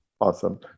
Awesome